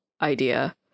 idea